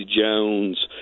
Jones